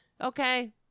Okay